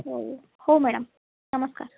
ହଉ ହଉ ମ୍ୟାଡ଼ାମ୍ ନମସ୍କାର